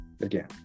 Again